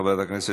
חברת הכנסת,